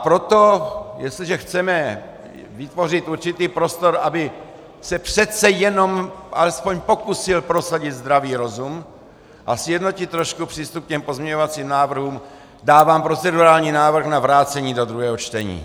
Proto, jestliže chceme vytvořit určitý prostor, aby se přece jenom pokusil prosadit zdravý rozum a sjednotit trošku přístup k pozměňovacím návrhům, dávám procedurální návrh na vrácení do druhého čtení.